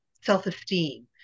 self-esteem